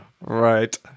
Right